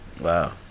Wow